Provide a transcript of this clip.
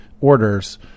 orders